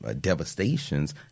devastations